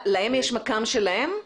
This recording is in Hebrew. להם יש מכ"ם שלהם?